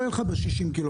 לא יהיה לך ב-60 קילומטרים.